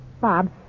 Bob